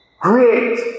Great